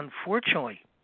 unfortunately